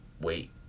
wait